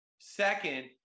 Second